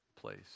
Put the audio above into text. place